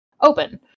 open